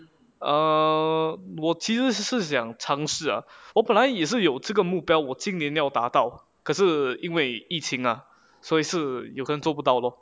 eer 我其实是想尝试 ah 我本来也是有这个目标我今年要达到可是因为疫情 ah 所以是有可能做不到 lor